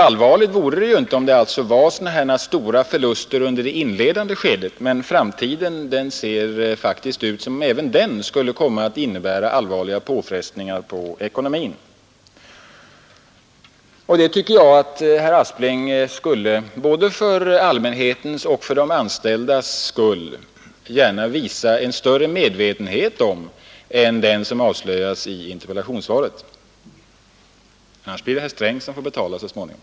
Det vore ju inte så allvarligt, om man hade så här stora förluster under det inledande skedet, men framtiden ser faktiskt ut som om även den skulle komma att innebära allvarliga påfrestningar på ekonomin. Och det tycker jag att herr Aspling både för allmänhetens och för de anställdas skull borde visa större medvetenhet om än den som avslöjas i interpellationssvaret. Annars blir det ju herr Sträng som får rycka in så småningom.